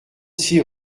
six